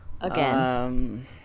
Again